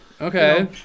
Okay